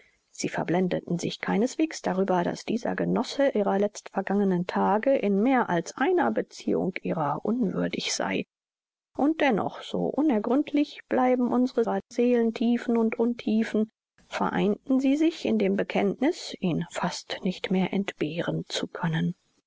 sie verblendeten sich keineswegs darüber daß dieser genosse ihrer letztvergangenen tage in mehr als einer beziehung ihrer unwürdig sei und dennoch so unergründlich bleiben unserer seelen tiefen und untiefen vereinten sie sich in dem bekenntniß ihn fast nicht mehr entbehren zu können